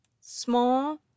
small